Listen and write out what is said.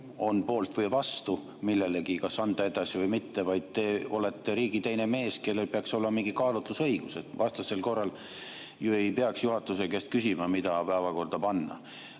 on poolt või vastu millelegi, kas anda edasi või mitte, vaid te olete riigi teine mees, kellel peaks olema mingi kaalutlusõigus. Vastasel korral ju ei peaks juhatuse käest küsima, mida päevakorda panna.